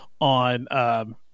on –